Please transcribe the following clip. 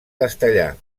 castellà